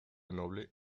noble